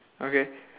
okay